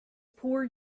poor